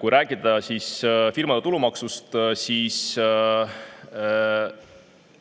kui rääkida firmade tulumaksust, siis